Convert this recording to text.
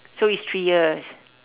so it's three years